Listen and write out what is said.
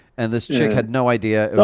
and this chick had no idea.